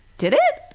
did it?